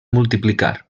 multiplicar